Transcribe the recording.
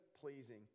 pleasing